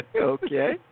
Okay